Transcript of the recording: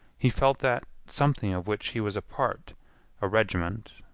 he felt that something of which he was a part a regiment,